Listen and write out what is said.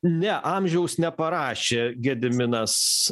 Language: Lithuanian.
ne amžiaus neparašė gediminas